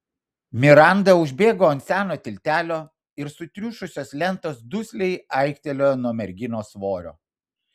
miranda užbėgo ant seno tiltelio ir sutriušusios lentos dusliai aiktelėjo nuo merginos svorio